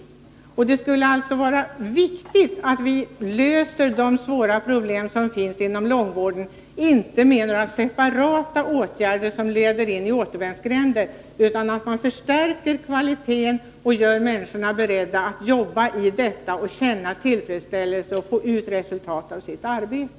Det skulle alltså vara viktigt att vi löser de svåra problem som finns inom långvården, inte med några separata åtgärder som leder in i återvändsgränder utan genom att förstärka kvaliteten och göra människorna beredda att jobba med detta, känna tillfredsställelse och få ut resultat av sitt arbete.